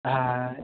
ਹਾਂ